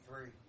three